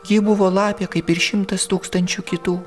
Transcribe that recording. ji buvo lapė kaip ir šimtas tūkstančių kitų